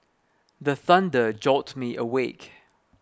the thunder jolt me awake